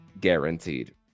Guaranteed